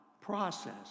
process